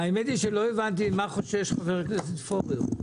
לא הבנתי ממה חושש חבר הכנסת פורר?